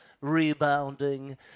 rebounding